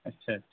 اچھا اچھا